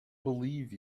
believe